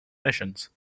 missions